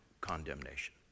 condemnation